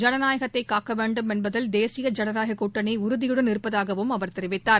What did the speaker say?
ஜனநாயகத்தை காக்க வேண்டும் என்பதில் தேசிய ஜனநாயக கூட்டணி உறுதியுடன் இருப்பதாகவும் அவர் தெரிவித்தார்